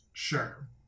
sure